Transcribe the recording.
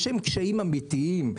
יש להם קשיים אמיתיים.